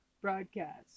broadcast